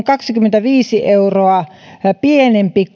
kaksikymmentäviisi euroa pienempi